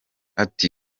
ati